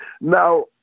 Now